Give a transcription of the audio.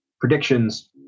predictions